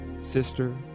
sister